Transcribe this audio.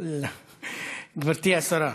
גברתי השרה,